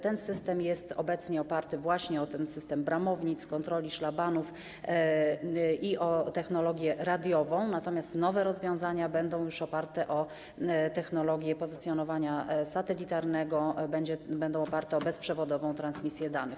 Ten system jest obecnie oparty właśnie na systemie bramownic, kontroli, szlabanów i na technologii radiowej, natomiast nowe rozwiązania będą już oparte na technologii pozycjonowania satelitarnego, będą oparte na bezprzewodowej transmisji danych.